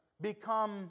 become